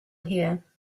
here